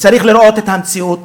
צריך לראות את המציאות,